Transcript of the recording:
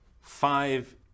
five